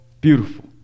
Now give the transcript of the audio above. beautiful